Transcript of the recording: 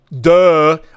Duh